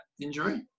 injury